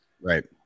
Right